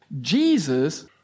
Jesus